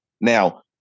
Now